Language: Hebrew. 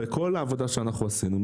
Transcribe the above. בכל העבודה שעשינו,